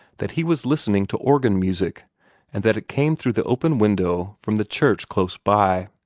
that he was listening to organ-music, and that it came through the open window from the church close by.